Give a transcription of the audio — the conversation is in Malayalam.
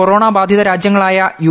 കൊറോണ ബാധിത രാജ്യങ്ങളായ യു